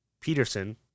Peterson